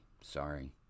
sorry